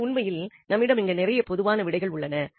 எனவே உண்மையில் நம்மிடம் இங்கு நிறைய பொதுவான விடைகள் உள்ளன